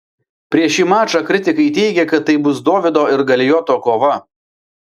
prieš šį mačą kritikai teigė kad tai bus dovydo ir galijoto kova